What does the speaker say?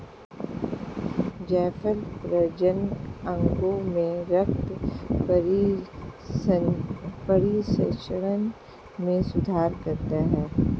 जायफल प्रजनन अंगों में रक्त परिसंचरण में सुधार करता है